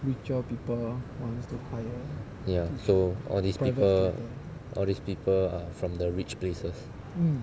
ya so all these people all these people are from the rich places